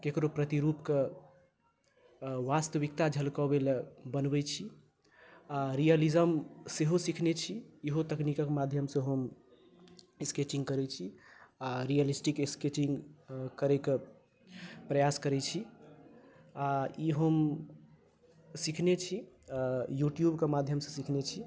केकरो प्रतिरूप के वास्तविकता झलकबै लेल बनबै छी आ रियलीजम सेहो सीखने छी इहो तकनीकक माध्यमसँ हम स्केचिंग करै छी आ रीयलिस्टिक स्केचिंग करै कऽ प्रयास करै छी आ ई हम सीखने छी यूट्यूब के माध्यमसँ सीखने छी